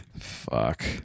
Fuck